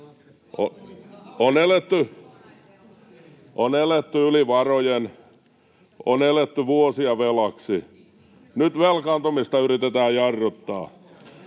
On eletty yli varojen, on eletty vuosia velaksi. Nyt velkaantumista yritetään jarruttaa.